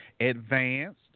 advanced